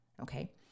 okay